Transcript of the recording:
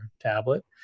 tablet